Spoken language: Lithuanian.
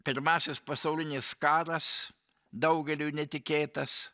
pirmasis pasaulinis karas daugeliui netikėtas